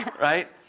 right